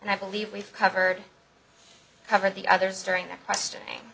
and i believe we've covered covered the others during their questioning